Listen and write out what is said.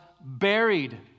buried